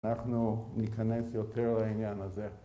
אנחנו ניכנס יותר לעניין הזה.